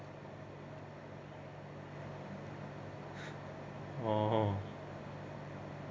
oh